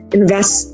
invest